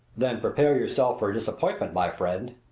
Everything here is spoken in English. then prepare yourself for a disappointment, my friend,